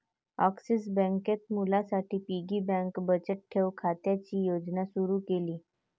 axis बँकेत मुलांसाठी piggy bank बचत ठेव खात्याची योजना सुरू केली